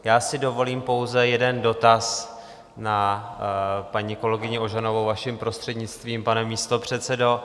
Já si dovolím pouze jeden dotaz na paní kolegyni Ožanovou, vaším prostřednictvím, pane místopředsedo.